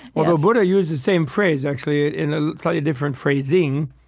although buddha used the same phrase, actually, in a slightly different phrasing.